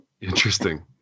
Interesting